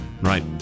Right